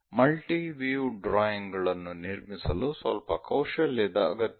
multi view drawing ಗಳನ್ನು ನಿರ್ಮಿಸಲು ಸ್ವಲ್ಪ ಕೌಶಲ್ಯದ ಅಗತ್ಯವಿದೆ